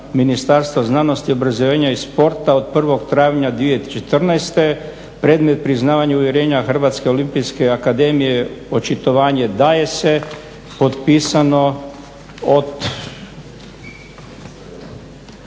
Ministarstva znanosti, obrazovanja i sporta od 01. travnja 2014. predmet priznavanja uvjerenja Hrvatske olimpijske akademije, očitovanje daje se potpisano od